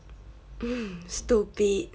mm stupid